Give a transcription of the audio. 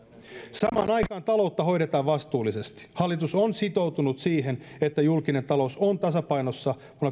samaan aikaan taloutta hoidetaan vastuullisesti hallitus on sitoutunut siihen että julkinen talous on tasapainossa